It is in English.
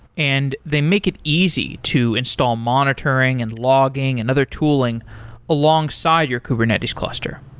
and they make it easy to install monitoring and logging and other tooling alongside your kubernetes cluster.